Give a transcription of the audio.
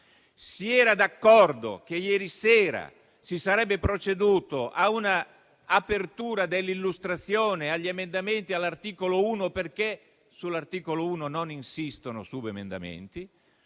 Si era d'accordo che ieri sera si sarebbe proceduto all'inizio dell'illustrazione degli emendamenti all'articolo 1, perché sull'articolo 1 non insistono subemendamenti.